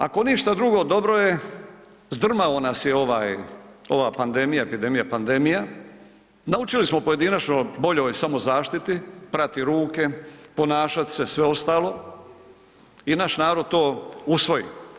Ako ništa drugo dobro je, zdrmao nas je ovaj, ova pandemija, epidemija, pandemija, naučili smo pojedinačno o boljoj samozaštiti, prati ruke, ponašat se, sve ostalo i naš narod to usvoji.